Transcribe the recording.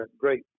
great